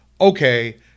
Okay